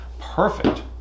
perfect